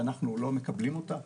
שאנחנו לא מקבלים אותה,